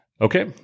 Okay